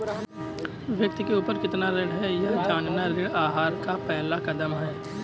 व्यक्ति के ऊपर कितना ऋण है यह जानना ऋण आहार का पहला कदम है